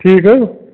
ٹھیٖک حظ